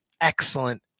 excellent